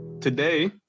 Today